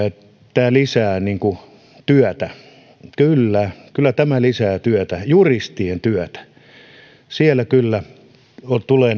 tämä lisää työtä että kyllä kyllä tämä lisää työtä juristien työtä siellä kyllä tulee